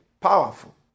powerful